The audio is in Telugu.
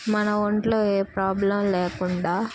మన ఒంట్లో ఏ ప్రాబ్లం లేకుండా